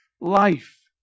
life